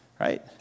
right